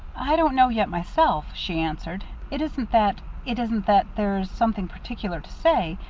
i don't know yet, myself, she answered. it isn't that, it isn't that there's something particular to say,